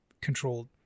controlled